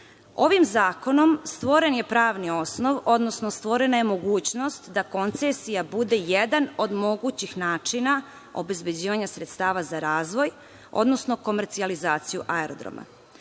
zakonom stvoren je pravni osnov, odnosno stvorena je mogućnost da koncesija bude jedan od mogućih načina obezbeđivanja sredstava za razvoj, odnosno komercijalizaciju aerodroma.